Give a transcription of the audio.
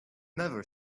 never